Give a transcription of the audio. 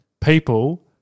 people